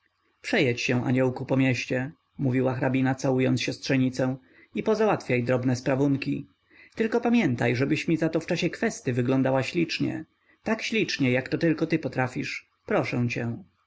przejedź się aniołku po mieście mówiła hrabina całując siostrzenicę i pozałatwiaj drobne sprawunki tylko pamiętaj żebyś mi za to w czasie kwesty wyglądała ślicznie tak ślicznie jak to tylko ty potrafisz proszę cię